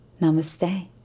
namaste